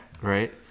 Right